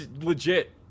legit